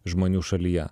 žmonių šalyje